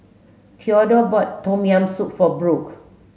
Thedore bought tom yam soup for Brook